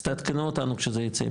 אז תעדכנו אותנו כזה ייצא,